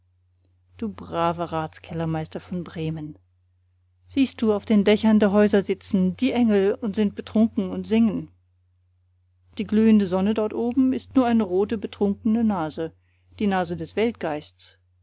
du braver ratskellermeister von bremen siehst du auf den dächern der häuser sitzen die engel und sind betrunken und singen die glühende sonne dort oben ist nur eine rote betrunkene nase die nase des